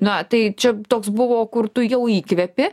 na tai čia toks buvo kur tu jau įkvepi